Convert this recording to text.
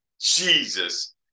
jesus